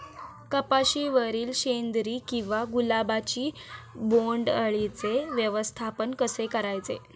कपाशिवरील शेंदरी किंवा गुलाबी बोंडअळीचे व्यवस्थापन कसे करायचे?